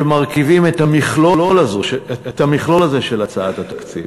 שמרכיבים את המכלול הזה של הצעת התקציב.